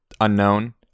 unknown